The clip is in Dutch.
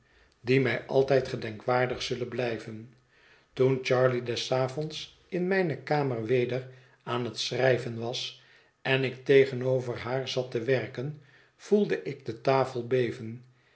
die mij altijd gedenkwaardig zullen blij ven toen charley des avonds in mijne kamer weder aan het schrijven was en ik tegenover haar zat te werken voelde ik de tafel beven